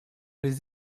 les